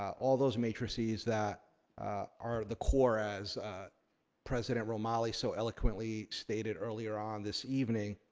all those matrices that are the core as president romali so eloquently stated earlier on this evening.